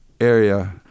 area